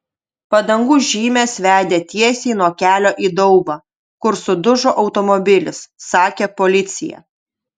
padangų žymės vedė tiesiai nuo kelio į daubą kur sudužo automobilis sakė policija